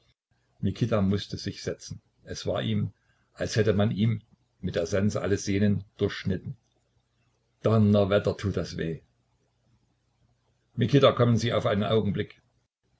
mikita mußte sich setzen es war ihm als hätte man ihm mit der sense alle sehnen durchschnitten donnerwetter tut das weh mikita kommen sie auf einen augenblick